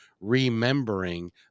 remembering